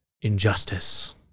Injustice